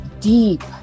deep